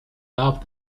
loved